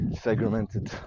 Segmented